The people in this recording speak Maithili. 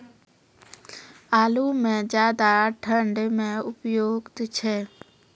आलू म ज्यादा ठंड म उपयुक्त छै?